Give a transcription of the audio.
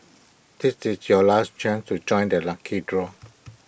this is your last chance to join the lucky draw